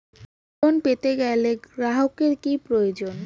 Loan পেতে গেলে গ্রাহকের কি প্রয়োজন?